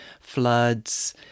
Floods